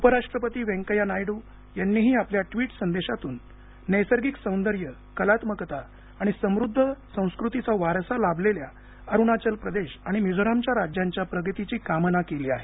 उपराष्ट्रपती व्यंकय्या नायडू यांनीही आपल्या ट्वीट संदेशातून नैसर्गिक सौंदर्य कलात्मकता आणि समृद्ध सांस्कृतीचा वारसा लाभलेल्या अरुणाचल प्रदेश आणि मिझोरामच्या राज्यांच्या प्रगतीची कामना केली आहे